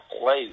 play